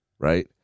right